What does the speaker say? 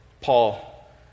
Paul